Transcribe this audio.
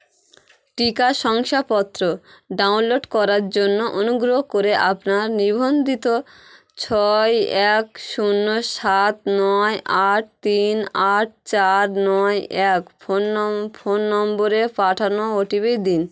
টিকা শংসাপত্র ডাউনলোড করার জন্য অনুগ্রহ করে আপনার নিবন্ধিত ছয় এক শূন্য সাত নয় আট তিন আট চার নয় এক ফোন নম ফোন নম্বরে পাঠানো ও টি পি দিন